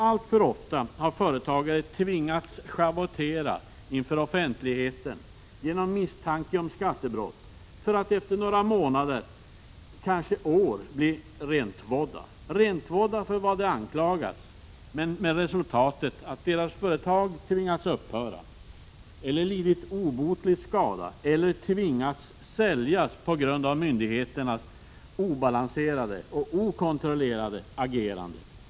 Alltför ofta har företagare tvingats schavottera inför offentligheten genom misstanke om skattebrott för att efter några månader, kanske år, bli rentvådda från vad de anklagats för men med resultatet att deras företag tvingats upphöra, lidit obotlig skada eller måst säljas på grund av myndigheternas obalanserade och okontrollerade agerande.